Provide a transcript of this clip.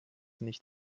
nicht